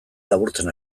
laburtzen